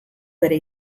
bere